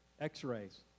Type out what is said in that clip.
x-rays